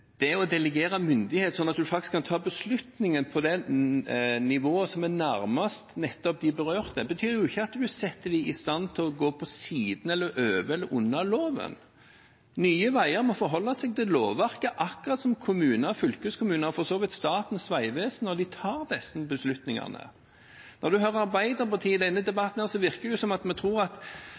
det å delegere myndighet sånn at du faktisk kan ta beslutningen på det nivået som er nærmest de berørte, betyr ikke at du setter dem i stand til å gå på siden av eller over eller under loven. Nye Veier må forholde seg til lovverket akkurat som kommuner og fylkeskommuner, og for så vidt Statens vegvesen, når de tar disse beslutningene. Når en hører Arbeiderpartiet i denne debatten, virker det som de tror at vi